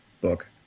book